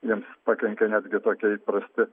jiems pakenkia netgi tokie įprasti